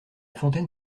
fontaine